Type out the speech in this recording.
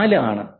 4 ആണ്